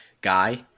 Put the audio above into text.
guy